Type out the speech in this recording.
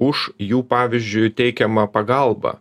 už jų pavyzdžiui teikiamą pagalbą